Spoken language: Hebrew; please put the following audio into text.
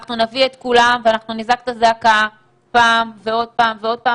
נביא את כולם ונזעק את הזעקה שוב ושוב.